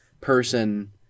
person